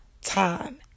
time